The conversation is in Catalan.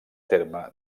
terme